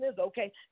okay